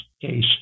case